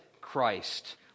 Christ